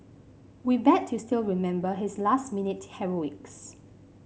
we bet you still remember his last minute heroics